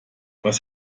was